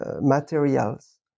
materials